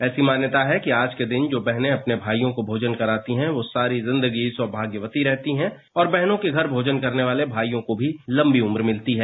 ऐसी मान्यता है कि आज के दिन जो बहने अपने भाइयों को भोजन कराती हैं वह सारी जिंदगी सौभाग्यवती रहती हैं और बहनों के घर भोजन करने वाले भाइयों को भी लंबी उम्र मिलती है